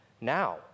now